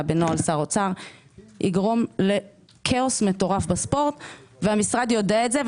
בנוהל שר אוצר יגרום לכאוס מטורף בספורט והמשרד יודע את זה.